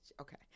okay